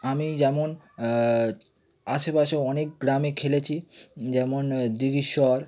আমি যেমন আশেপাশে অনেক গ্রামে খেলেছি যেমন দিঘিশ্বর